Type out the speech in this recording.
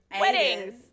Weddings